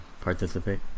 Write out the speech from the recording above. participate